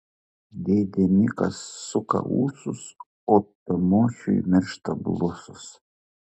dėdė mikas suka ūsus o tamošiui miršta blusos